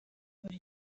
buri